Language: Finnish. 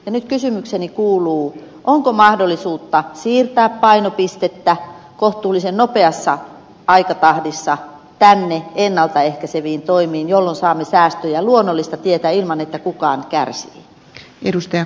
nyt kysymykseni kuuluu onko mahdollisuutta siirtää painopistettä kohtuullisen nopeassa aikatahdissa tänne ennalta ehkäiseviin toimiin jolloin saamme säästöjä luonnollista tietä ilman että kukaan kärsii